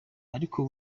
ariko